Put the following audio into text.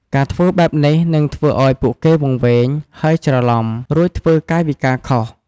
ការធ្វើបែបនេះនឹងធ្វើឱ្យពួកគេវង្វេង ហើយច្រឡំុ រួចធ្វើកាយវិការខុស។